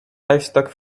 livestock